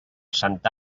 santa